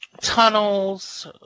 tunnels